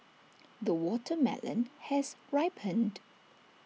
the watermelon has ripened